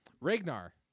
Ragnar